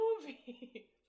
movie